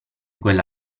quella